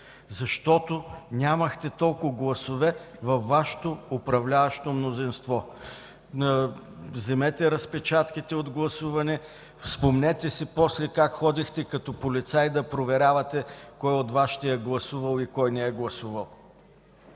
защото нямахте толкова гласове във Вашето управляващо мнозинство. Вземете разпечатката от гласуването, спомнете си после как ходехте като полицай да проверявате кой от Вашите е гласувал и кой не е гласувал.